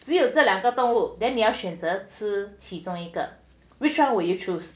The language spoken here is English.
只有这两个动物 then 你要选择吃其中一个 which one will you choose